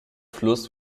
fluss